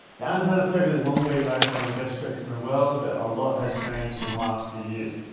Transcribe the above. the annapurna circuit has long been rated one of the best treks in the world but ah lot has changed in the last few years.